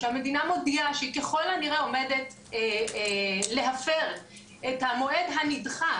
שהמדינה מודיעה שהיא ככל הנראה עומדת להפר את המועד הנדחה,